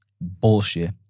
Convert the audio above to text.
bullshit